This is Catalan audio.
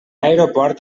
aeroport